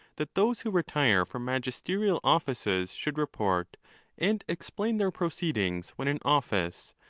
that those who retire from magisterial offices should report and explain their proceedings when in office,